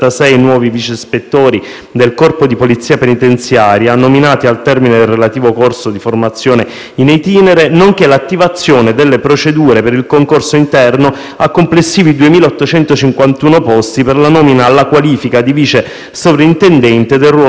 del Corpo di polizia penitenziaria nominati al termine del relativo corso di formazione *in itinere*, nonché l'attivazione delle procedure per il concorso interno per complessivi 2.851 posti per la nomina alla qualifica di vice sovrintendente del ruolo maschile e femminile.